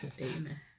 Amen